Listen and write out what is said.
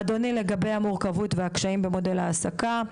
לגבי המורכבות והקשיים בגודל ההעסקה.